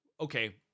okay